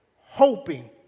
hoping